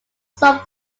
solve